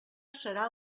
serà